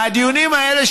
מהדיונים האלה,